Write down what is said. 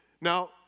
Now